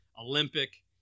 Olympic